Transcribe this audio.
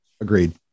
Agreed